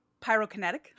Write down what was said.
pyrokinetic